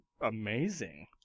amazing